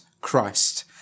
Christ